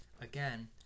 again